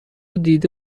دیده